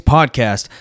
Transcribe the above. Podcast